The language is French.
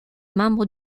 membres